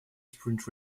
sprint